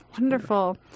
wonderful